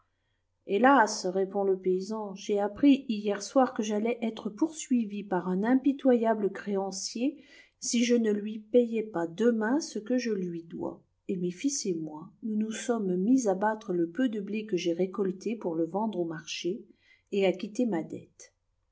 hélas répond le paysan j'ai appris hier soir que j'allais être poursuivi par un impitoyable créancier si je ne lui payais pas demain ce que je lui dois et mes fils et moi nous nous sommes mis à battre le peu de blé que j'ai récolté pour le vendre au marché et acquitter ma dette